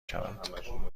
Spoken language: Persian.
شود